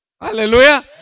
Hallelujah